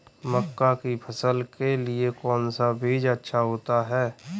मक्का की फसल के लिए कौन सा बीज अच्छा होता है?